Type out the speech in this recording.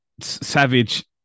Savage